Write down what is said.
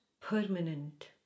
permanent